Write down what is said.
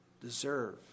deserve